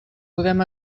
podem